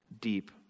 deep